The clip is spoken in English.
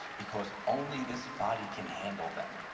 because only this body can handle them.